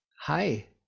Hi